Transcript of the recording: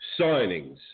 signings